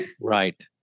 Right